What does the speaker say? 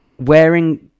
wearing